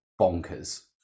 bonkers